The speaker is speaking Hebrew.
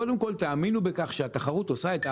קודם כל תאמינו בכך שהתחרות עושה את העבודה,